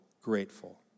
grateful